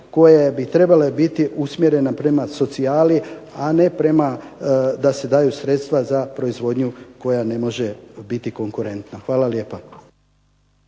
koje bi trebale biti usmjerene prema socijali, a ne da se daju sredstva za proizvodnju koja ne može biti konkurentna. Hvala lijepo.